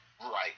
Right